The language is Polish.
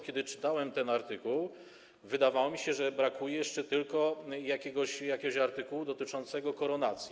Kiedy czytałem ten artykuł, wydawało mi się, że brakuje jeszcze tylko jakiegoś artykułu dotyczącego koronacji.